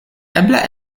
eble